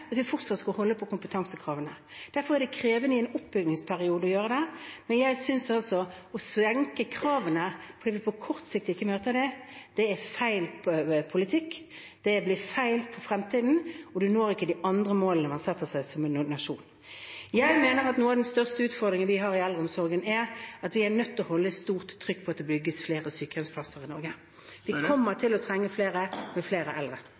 at vi fortsatt skal holde på kompetansekravene. Derfor er det krevende i en oppbyggingsperiode å gjøre det. Men jeg synes altså at å senke kravene fordi vi på kort sikt ikke møter dem, er feil politikk, det blir feil for fremtiden, og man når ikke de andre målene man setter seg som nasjon. Jeg mener at en av de største utfordringene vi har i eldreomsorgen, er at vi er nødt til å holde et stort trykk på bygging av flere sykehjemsplasser i Norge. Vi kommer til å trenge flere med flere eldre.